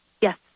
Yes